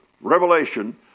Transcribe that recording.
Revelation